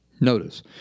Notice